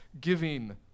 giving